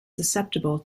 susceptible